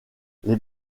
les